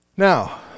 Now